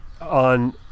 on